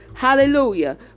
Hallelujah